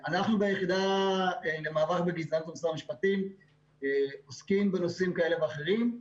אנחנו ביחידה למאבק בגזענות במשרד המשפטים עוסקים בנושאים כאלה ואחרים,